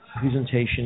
presentation